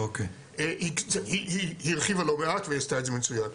היא הרחיבה לא מעט ועשתה את זה מצוין.